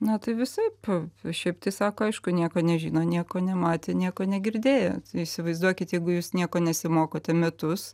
na tai visaip šiaip tai sako aišku nieko nežino nieko nematė nieko negirdėjo įsivaizduokit jeigu jūs nieko nesimokote metus